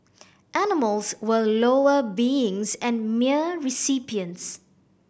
animals were lower beings and mere recipients